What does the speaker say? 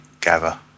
gather